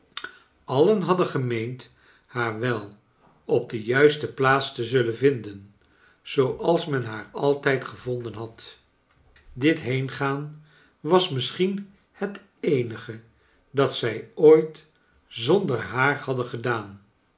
allen hadden gemeend haar wel op de juiste plaats te zullen vinden zooals men haar altijd gevonden had dit heengaan was misschien het eenige dat zij ooit zonder haar hadden gedaan